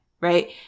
right